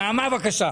מהוועדה.